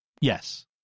Yes